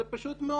זה פשוט מאוד.